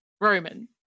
roman